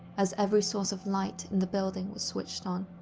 as every source of light in the building was switched on.